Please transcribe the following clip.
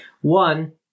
One